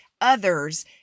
others